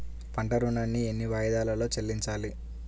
పంట ఋణాన్ని ఎన్ని వాయిదాలలో చెల్లించాలి?